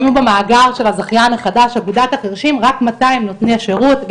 הזכיין החדש אגודת החרשים רק מאתיים נותני שירות.